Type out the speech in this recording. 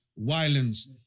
Violence